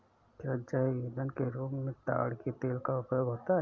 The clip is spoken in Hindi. क्या जैव ईंधन के रूप में ताड़ के तेल का उपयोग होता है?